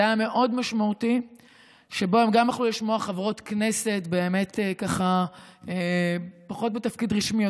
זה היה מאוד משמעותי שהן גם יכלו לשמוע חברות כנסת פחות בתפקיד רשמי,